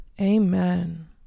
Amen